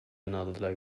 another